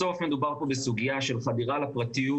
בסוף מדובר פה בסוגיה של חדירה לפרטיות.